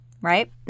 right